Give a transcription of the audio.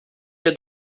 dia